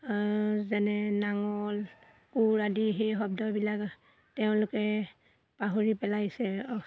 যেনে নাঙল কোৰ আদি সেই শব্দবিলাক তেওঁলোকে পাহৰি পেলাইছে